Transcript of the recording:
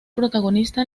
protagonista